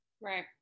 Right